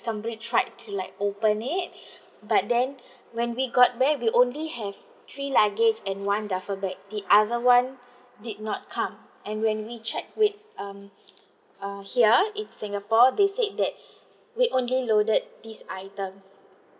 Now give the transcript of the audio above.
somebody tried to like open it but then when we got back we only have three luggage and one duffel bag the other one did not come and when we checked with um err here in singapore they said that we only loaded these items